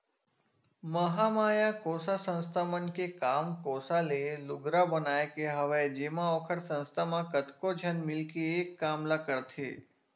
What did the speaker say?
महामाया कोसा संस्था मन के काम कोसा ले लुगरा बनाए के हवय जेमा ओखर संस्था म कतको झन मिलके एक काम ल करथे